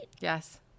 Yes